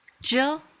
Jill